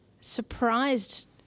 surprised